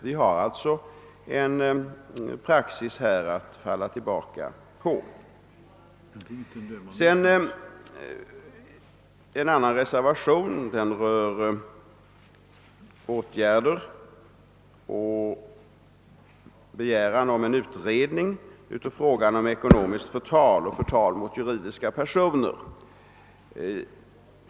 Vi har alltså en praxis att falla tillbaka på. I reservationen II begärs en utredning av frågan om ekonomiskt förtal och förtal mot juridiska personer.